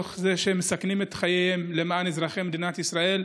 תוך כדי שהם מסכנים את חייהם למען אזרחי מדינת ישראל.